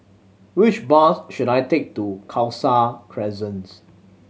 which bus should I take to Khalsa Crescent